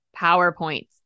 PowerPoints